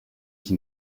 qui